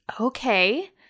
Okay